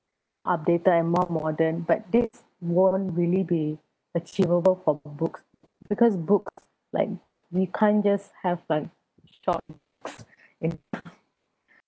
updated and more modern but this won't really be achievable for books because books like we can't just have like short